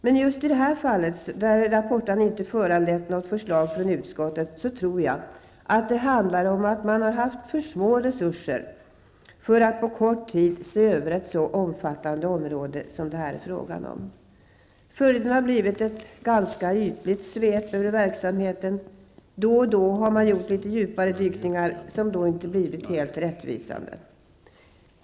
Men i just det här fallet, där rapporten inte föranlett något förslag från utskottet, tror jag att det handlar om att de har haft för små resurser för att på kort tid se över ett så omfattande område som det här är fråga om. Följden har blivit ett ganska ytligt svep över verksamheten. Då och då har de gjort litet djupare dykningar som inte blivit helt rättvisande.